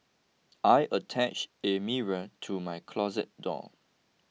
I attached a mirror to my closet door